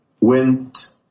went